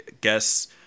guess